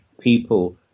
people